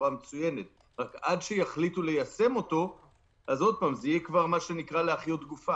עסקים שירדו מתחת ל-25% מהמחזור.